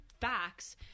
facts